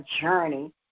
journey